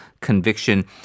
conviction